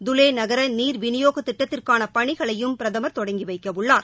டுலே நகர நீர் விநியோகத் திட்டத்திற்கான பணிகளையும் பிரதமர் தொடங்கி வைக்க உள்ளார்